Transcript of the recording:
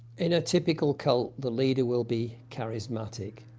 in a typical cult, the leader will be charismatic,